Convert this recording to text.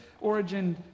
origin